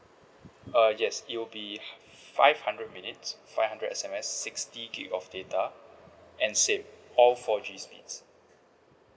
uh yes it will be five hundred minutes five hundred S_M_S sixty gig of data and same all four G speeds